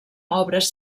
obres